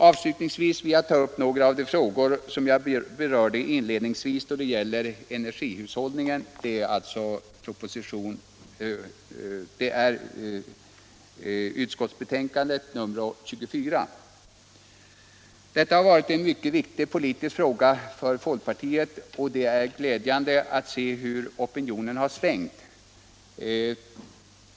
Avslutningsvis skall jag ta upp några av de frågor som jag berörde inledningsvis då det gäller energihushållningen och som behandlas i utskottets betänkande nr 24. Detta har varit en mycket viktig politisk fråga för folkpartiet och det är glädjande att se hur opinionen har svängt.